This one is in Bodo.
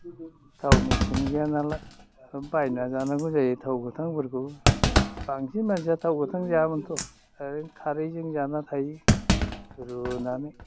थाव मेचिन गैयानालाय बेखौ बायना जानांगौ जायो थाव गोथांफोरखौ बांसिन मानसिया थाव गोथां जायामोनथ' ओरैनो खारैजों जाना थायो रुनानै